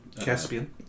Caspian